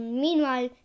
meanwhile